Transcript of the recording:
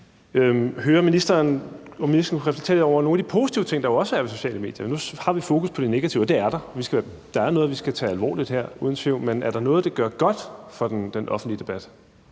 om ministeren kunne reflektere lidt over nogle af de positive ting, der jo også er ved sociale medier. Nu har vi fokus på de negative ting, og de er der; der er uden tvivl noget, vi skal tage alvorligt her. Men er der noget, de gør godt for i den offentlige debat?